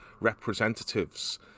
representatives